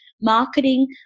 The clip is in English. marketing